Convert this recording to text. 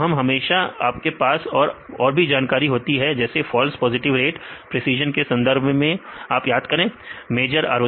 तो हम हमेशा आपके पास और भी जानकारी होती है जैसे फॉल्स पॉजिटिव रेट प्रेसीजन के संदर्भ में आप याद करें f मेजर ROC